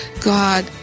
God